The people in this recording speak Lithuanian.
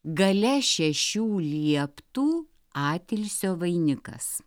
gale šešių lieptų atilsio vainikas